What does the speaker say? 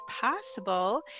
possible